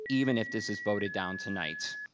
even if this is voted down tonight.